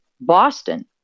Boston